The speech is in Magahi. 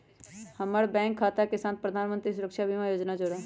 हम्मर बैंक खाता के साथ प्रधानमंत्री सुरक्षा बीमा योजना जोड़ा